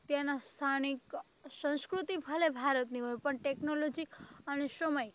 ત્યાંનાં સ્થાનિક સંસ્કૃતિ ભલે ભારતની હોય પણ ટેક્નોલોજીક અને સમય